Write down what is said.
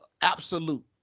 absolute